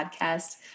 podcast